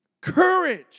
Courage